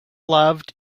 loved